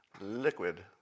liquid